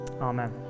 amen